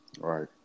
Right